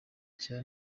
cya